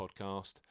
podcast